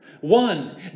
One